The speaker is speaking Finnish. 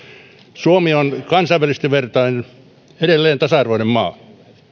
suomi on kansainvälisesti vertaillen edelleen tasa arvoinen maa